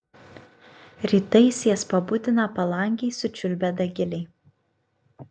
rytais jas pabudina palangėj sučiulbę dagiliai